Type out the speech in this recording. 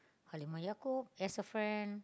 Halimah-Yacob as a friend